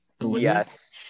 Yes